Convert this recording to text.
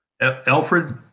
Alfred